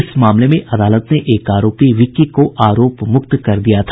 इस मामले में अदालत ने एक आरोपी विक्की को आरोप मुक्त कर दिया था